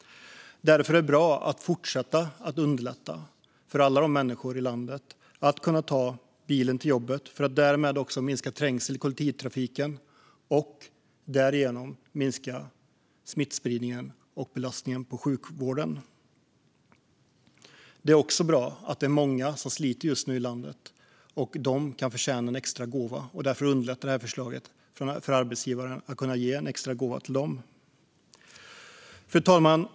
Därför är det bra att fortsätta att underlätta för alla människor i landet att kunna ta bilen till jobbet för att därmed minska trängseln i kollektivtrafiken och därigenom minska smittspridningen och belastningen på sjukvården. Det är också bra att det är många som just nu sliter i landet. De kan förtjäna en extra gåva. Därför underlättar detta förslag för arbetsgivaren att ge en extra gåva till dem. Fru talman!